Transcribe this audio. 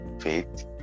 faith